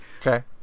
Okay